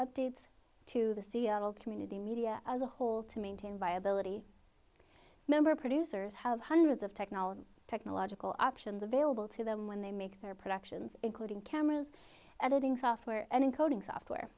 updates to the seattle community media as a whole to maintain viability member producers have hundreds of technology technological options available to them when they make their productions including cameras editing software encoding software